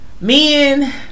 men